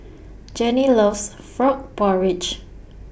Janie loves Frog Porridge